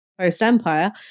post-Empire